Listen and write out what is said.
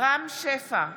רם שפע,